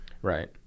Right